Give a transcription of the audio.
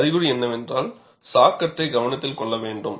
அறிகுறி என்னவென்றால் சா கட்டை கவனத்தில் கொள்ள வேண்டும்